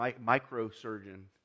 micro-surgeon